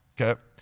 Okay